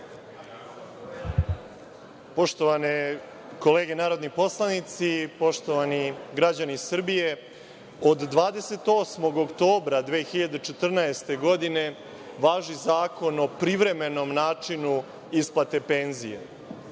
Poštovane kolege narodni poslanici, poštovani građani Srbije, od 28. oktobra 2014. godine važi Zakon o privremenom načinu isplate penzije.